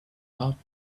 off